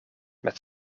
met